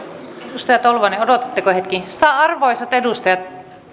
edustaja tolvanen odotatteko hetken arvoisat edustajat